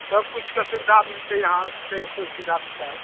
सबकिछुके सुविधा मिलतै यहाँ छै सब सुविधा विचार